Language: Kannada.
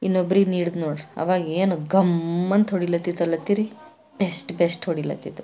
ಇನ್ನೊಬ್ರಿಗೆ ನೀಡಿದೆ ನೋಡ್ರಿ ಅವಾಗೇನು ಘಮ್ಮ್ ಅಂತ ಹೊಡಿಲಾತ್ತಿತಲ್ಲತ್ತೀರಿ ಬೆಸ್ಟ್ ಬೆಸ್ಟ್ ಹೊಡಿಲತ್ತಿತ್ತು